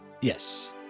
Yes